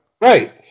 Right